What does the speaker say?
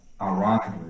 ironically